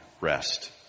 rest